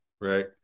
right